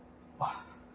!wah!